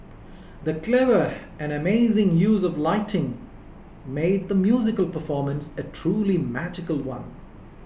the clever and amazing use of lighting made the musical performance a truly magical one